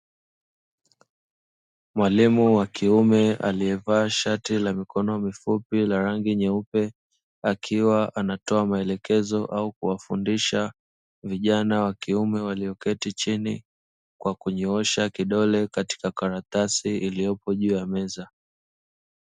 Mwalimu wa kiumea aliyevaa shati la mikono mifupi la rangi nyeupe, akiwa anatoa maelekezo au kuwafundisha vijana wa kiume walioketi chini, kwa kunyoosha kidole katika karatasi iliyopo juu ya meza.